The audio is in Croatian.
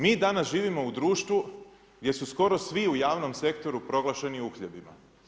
Mi danas živimo u društvu gdje su skoro svi u javnom sektoru proglašeni uhljebima.